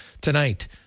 tonight